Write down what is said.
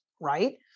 Right